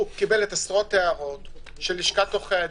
הוא קיבל עשרות הערות של לשכת עורכי הדין.